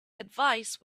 advice